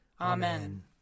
Amen